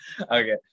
Okay